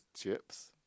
chips